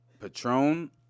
Patron